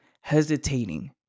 hesitating